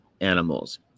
animals